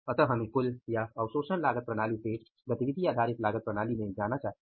अतः हमें कुल या अवशोषण लागत प्रणाली से गतिविधि आधारित लागत प्रणाली में जाना चाहिए